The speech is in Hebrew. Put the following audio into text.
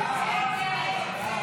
הסתייגות 35 לחלופין א לא נתקבלה.